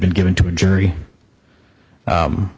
been given to a jury